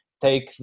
take